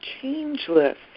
changeless